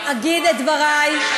אני אגיד את דברי.